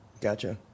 Gotcha